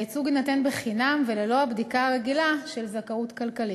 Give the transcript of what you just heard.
הייצוג יינתן בחינם וללא הבדיקה הרגילה של זכאות כלכלית.